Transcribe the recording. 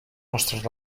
vostres